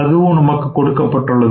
அதுவும் நமக்கு கொடுக்கப்பட்டுள்ளது